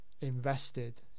invested